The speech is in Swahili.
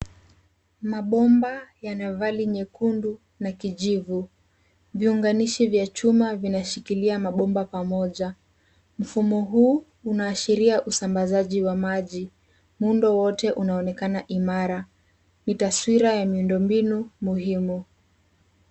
Mabomba yanavali nyekundu na kijivu, viunganishi vya chuma vinashikilia mabomba pamoja, mfumo huu unashiria usambazaji wa maji, muundo wote unaonekana imara, nitaswira ya miundombinu muhimu.